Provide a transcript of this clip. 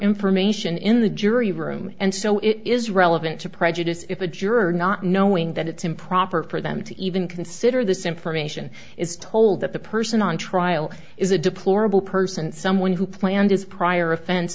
information in the jury room and so it is relevant to prejudice if a juror not knowing that it's improper for them to even consider this information is told that the person on trial is a deplorable person someone who planned his prior offense